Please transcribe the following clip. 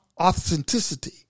authenticity